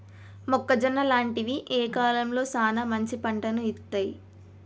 మొక్కజొన్న లాంటివి ఏ కాలంలో సానా మంచి పంటను ఇత్తయ్?